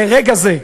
לרגע זה,